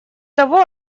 того